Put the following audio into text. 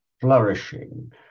flourishing